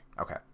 Okay